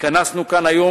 התכנסנו כאן היום,